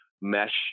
mesh